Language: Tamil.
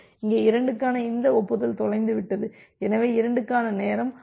இங்கே 2க்கான இந்த ஒப்புதல் தொலைந்துவிட்டது எனவே 2க்கான இந்த நேரம் முடிந்தது